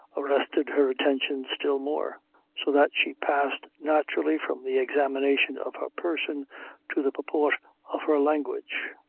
arrested her attention still more so that she passed naturally from the examination of her person to the purport of her language.